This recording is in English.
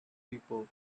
people